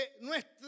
nuestro